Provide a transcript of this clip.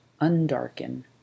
undarken